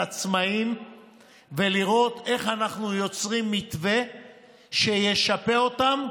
העצמאים ולראות איך אנחנו יוצרים מתווה שישפה אותם